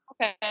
okay